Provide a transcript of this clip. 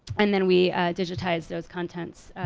and then we digitized those contents.